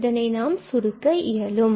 இதனை நாம் சுருக்க இயலும்